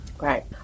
Right